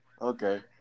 Okay